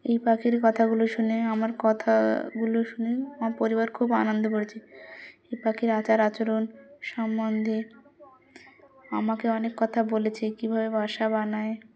এই পাখির কথাগুলো শুনে আমার কথাগুলো শুনে আমার পরিবার খুব আনন্দ পেয়েছে এই পাখির আচার আচরণ সম্বন্ধে আমাকে অনেক কথা বলেছে কীভাবে বাসা বানায়